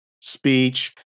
speech